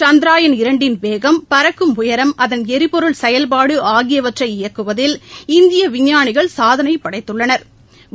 சந்த்ரயான் இரண்டின் வேகம் பறக்கும் உயரம் அதன் எரிபொருள் செயல்பாடுஆகியவற்றை இயக்குவதில் இந்தியவிஞ்ஞானிகள் சாதனைபடைத்துள்ளனா்